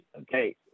Okay